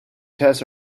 tests